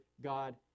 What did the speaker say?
God